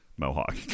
mohawk